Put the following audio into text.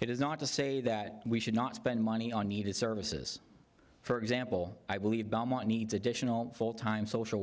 it is not to say that we should not spend money on needed services for example i believe belmont needs additional full time social